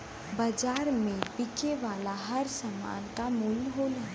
बाज़ार में बिके वाला हर सामान क मूल्य होला